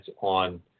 on